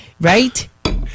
Right